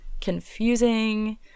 confusing